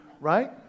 Right